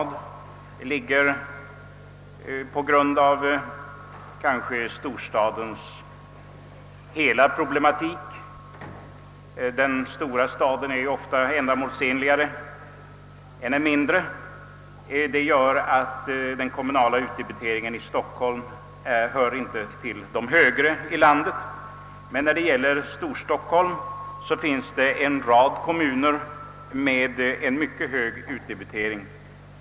Den stora staden är ju oftast ändamålsenligare än en mindre stad. Det gör att den kommunala utdebiteringen i Stockholm inte hör till de högre i landet. Men i Storstockholm finns en rad kommuner med mycket hög utdebitering.